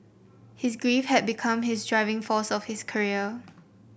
his grief had become his driving force of his career